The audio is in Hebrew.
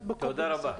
תודה רבה.